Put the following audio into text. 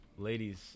Ladies